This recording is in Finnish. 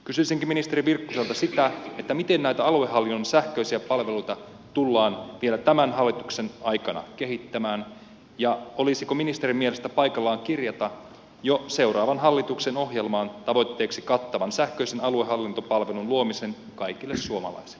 kysyisinkin ministeri virkkuselta sitä miten näitä aluehallinnon sähköisiä palveluita tullaan vielä tämän hallituksen aikana kehittämään ja olisiko ministerin mielestä paikallaan kirjata jo seuraavan hallituksen ohjelmaan tavoitteeksi kattavan sähköisen aluehallintopalvelun luominen kaikille suomalaisille